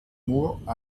moore